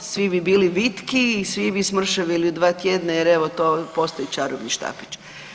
Svi bi bili vitki i svi bi smršavili u dva tjedna, jer evo to postoji čarobni štapić.